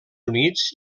units